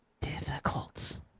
difficult